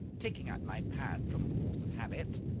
taking out my pad from force of habit.